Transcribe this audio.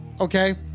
Okay